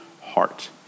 heart